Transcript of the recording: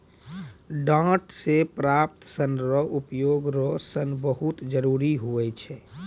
डांट से प्राप्त सन रो उपयोग रो सन बहुत जरुरी हुवै छै